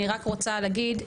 אני רק רוצה להגיד.